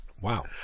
Wow